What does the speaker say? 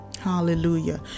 Hallelujah